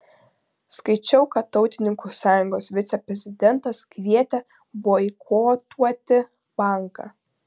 skaičiau kad tautininkų sąjungos viceprezidentas kvietė boikotuoti banką